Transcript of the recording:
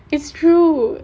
it's true